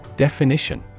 Definition